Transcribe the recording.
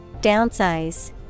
Downsize